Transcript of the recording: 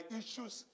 issues